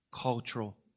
cultural